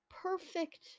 Perfect